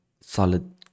solid